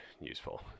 useful